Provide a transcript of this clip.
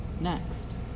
next